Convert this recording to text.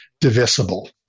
divisible